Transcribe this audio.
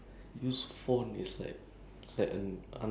FaceTime like Skype all that lah ya